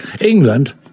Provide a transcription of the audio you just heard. England